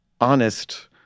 honest